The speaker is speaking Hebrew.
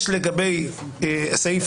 לגבי הסעיף